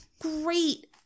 great